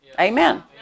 Amen